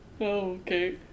Okay